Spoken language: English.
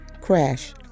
crash